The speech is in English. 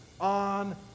on